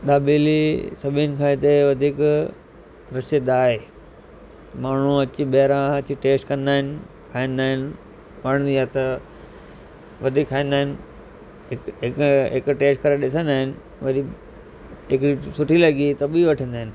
दाबेली सभिनि खां हिते वधीक प्रसिध्द आहे माण्हू अची ॿाहिरां अची टेस्ट कंदा आहिनि खाईंदा आहिनि वणंदी आहे त वधीक खाईंदा आहिनि हिकु हिक हिकु टेस्ट करे ॾिसंदा आहिनि वरी हिकिड़ी सुठी लॻी त ॿी वठंदा आहिनि